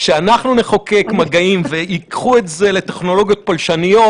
שאנחנו נחוקק מגעים וייקחו את זה לטכנולוגיות פולשניות